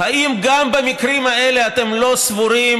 האם גם במקרים האלה אתם לא סבורים